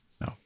No